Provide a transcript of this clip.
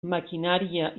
maquinària